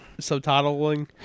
subtitling